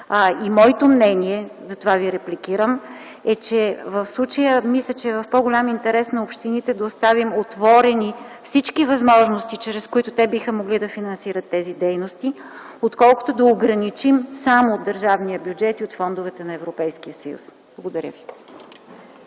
Моето мнение, затова Ви репликирам, е, че в случая в по-голям интерес на общините е да оставим отворени всички възможности, чрез които те биха могли да финансират тези дейности, отколкото да ги ограничим само от държавния бюджет и от фондовете на Европейския съюз. Благодаря ви.